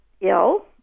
ill